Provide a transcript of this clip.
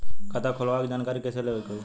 खाता खोलवावे के जानकारी कैसे लेवे के होई?